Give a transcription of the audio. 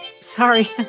sorry